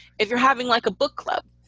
if you're having like a book club,